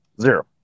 Zero